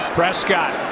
Prescott